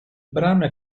brano